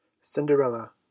CINDERELLA